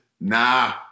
nah